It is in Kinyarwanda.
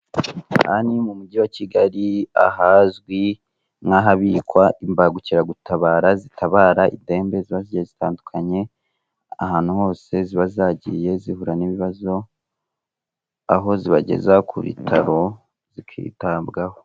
Aha ni mu mujyi wa Kigali ahazwi nk'ahabikwa imbagukiragutabara zitabara indembe ziba zigiye zitandukanye, ahantu hose ziba zagiye zihura n'ibibazo, aho zibageza ku bitaro zikitabwaho.